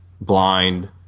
blind